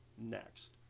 next